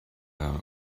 are